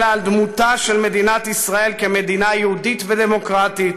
אלא על דמותה של מדינת ישראל כמדינה יהודית ודמוקרטית